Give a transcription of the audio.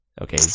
Okay